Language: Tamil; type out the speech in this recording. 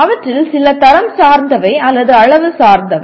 அவற்றில் சில தரம் சார்ந்தவை அல்லது அளவு சார்ந்தவை